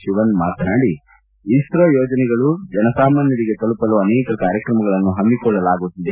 ಶಿವನ್ ಮಾತನಾಡಿ ಇಸ್ತೋ ಯೋಜನೆಗಳು ಜನಸಾಮಾನ್ವರಿಗೆ ತಲುಪಲು ಅನೇಕ ಕಾರ್ಯಕ್ರಮಗಳನ್ನು ಹಮ್ಮಿಕೊಳ್ಳಲಾಗುತ್ತಿದೆ